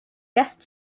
guest